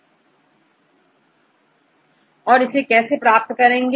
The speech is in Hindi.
इसे आप कैसे करेंगे